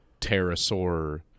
pterosaur